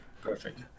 Perfect